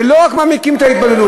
ולא רק מעמיקים את ההתבוללות,